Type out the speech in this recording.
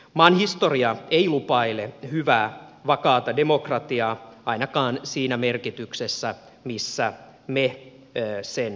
maan historia ei lupaile hyvää vakaata demokratiaa ainakaan siinä merkityksessä missä me sen ymmärrämme